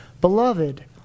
Beloved